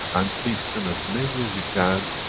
and please send as many as you can